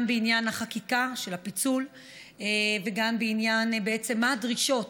גם בעניין החקיקה של הפיצול וגם בעניין מה הדרישות